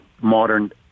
modern